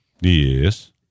Yes